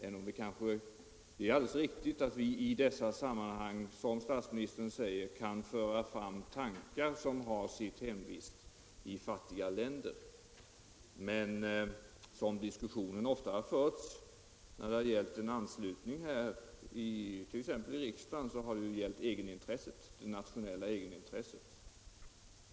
Det är alldeles riktigt att vi i dessa sammanhang, som statsministern säger, kan föra fram tankar som har sitt hemvist i fattiga länder, men när det gällt en anslutning har diskussionen ofta, t.ex. här i riksdagen, gällt det nationella egenintresset.